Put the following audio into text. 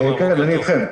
אני אתכם.